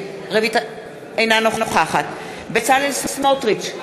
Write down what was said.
אינה נוכחת בצלאל סמוטריץ,